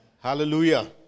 Hallelujah